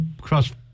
cross